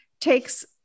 takes